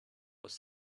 was